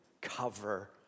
cover